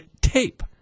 tape